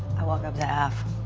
i walk up to af.